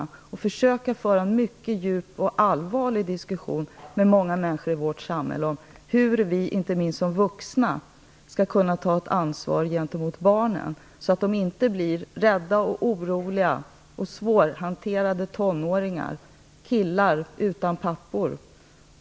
Vi vill försöka föra en djup och mycket allvarlig diskussion med många människor i vårt samhälle om hur vi inte minst som vuxna skall kunna ta ett ansvar gentemot barnen så att de inte blir rädda, oroliga och svårhanterade tonåringar, och killar utan pappor.